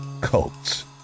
cults